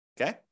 Okay